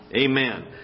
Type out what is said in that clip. Amen